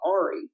Ari